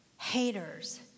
haters